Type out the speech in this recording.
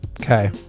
Okay